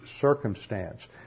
circumstance